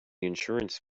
insurance